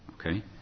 Okay